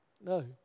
No